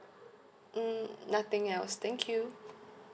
um nothing else thank you